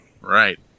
Right